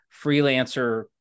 freelancer